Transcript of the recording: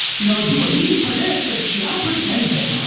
you know like people, he predicted shit. i don't predict anything,